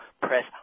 press